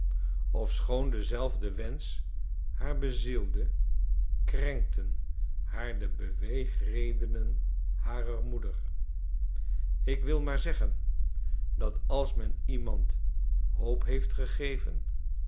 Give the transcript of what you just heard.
ofschoon dezelfde wensch haar bezielde krenkten haar de beweegredenen harer moeder ik wil maar zeggen dat als men iemand hoop heeft gegeven